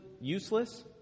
Useless